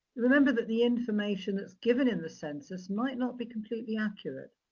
remember that the information that's given in the census might not be completely accurate.